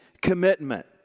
commitment